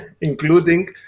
including